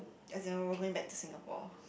as in we're going back to Singapore